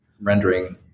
rendering